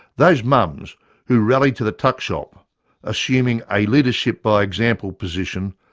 those mums who rally to the tuckshop assuming a leadership-by-example position,